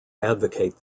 advocate